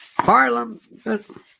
Harlem